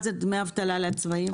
הראשון הוא דמי אבטלה לעצמאים.